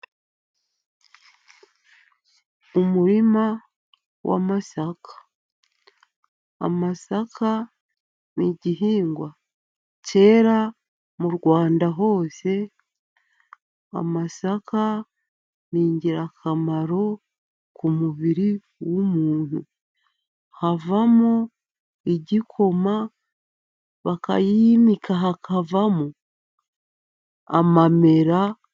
Umurima w'amasaka. Amasaka ni igihingwa cyera mu Rwanda hose, amasaka ni ingirakamaro ku mubiri w'umuntu, havamo igikoma, bakayimika hakavamo amamera.